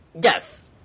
Yes